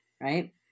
right